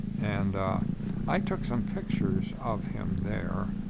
and i took some pictures of him there.